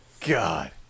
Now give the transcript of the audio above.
God